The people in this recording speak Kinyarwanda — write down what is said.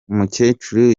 umukecuru